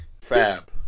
Fab